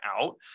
out